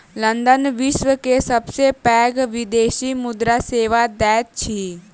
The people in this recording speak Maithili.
लंदन विश्व के सबसे पैघ विदेशी मुद्रा सेवा दैत अछि